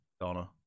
Donna